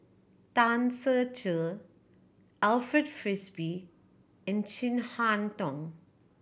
Tan Ser Cher Alfred Frisby and Chin Harn Tong